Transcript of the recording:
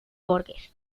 borges